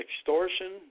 extortion